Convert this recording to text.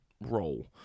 role